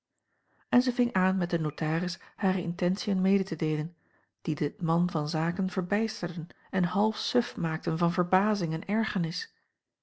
en zij ving aan met den notaris hare intentiën mee te deelen die den man van zaken verbijsterden en half suf maakten van verbazing en ergernis